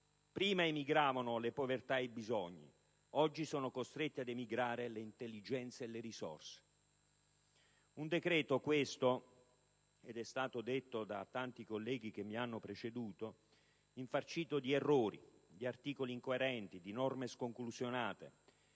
prima emigravano le povertà ed i bisogni, oggi sono costrette ad emigrare le intelligenze e le risorse. Com'è stato detto da tanti colleghi che mi hanno preceduto, questo decreto è infarcito di errori, articoli incoerenti e norme sconclusionate;